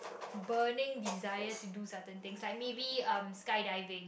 burning desire to do certain things like maybe um skydiving